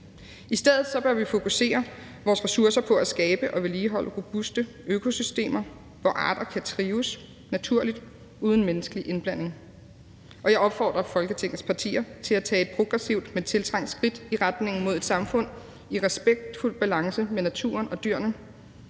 I stedet bør vi fokusere vores ressourcer på at skabe og vedligeholde robuste økosystemer, hvor arter kan trives naturligt uden menneskelig indblanding, og jeg opfordrer Folketingets partier til at tage et progressivt, men tiltrængt skridt i retning mod et samfund i respektfuld balance med naturen og dyrene